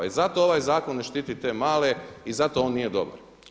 I zato ovaj zakon ne štiti te male i zato on nije dobar.